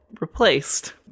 replaced